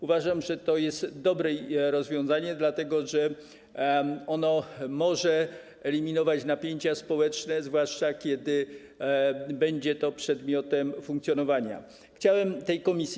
Uważam, że to jest dobre rozwiązanie, dlatego że ono może eliminować napięcia społeczne, zwłaszcza kiedy będzie to przedmiotem funkcjonowania tej komisji.